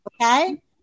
Okay